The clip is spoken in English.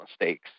mistakes